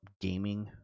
gaming